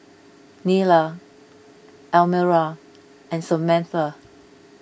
Nylah Elmira and Samatha